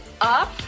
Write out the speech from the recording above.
up